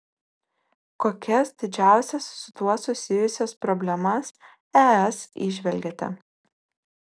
kokias didžiausias su tuo susijusias problemas es įžvelgiate